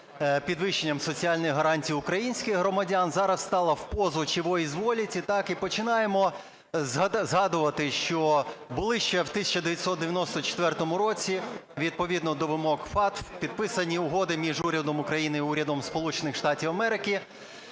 підвищенням соціальних гарантій українських громадян, зараз стала в позу "чего изволите". І починаємо згадувати, що були ще в 1994 році відповідно до вимог FATF підписані угоди між Урядом України і Урядом Сполучених Штатів Америки.